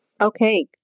Okay